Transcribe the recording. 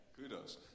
Kudos